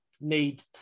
need